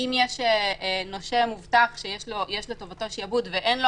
אם יש נושה מובטח שיש לטובתו שעבוד ואין לו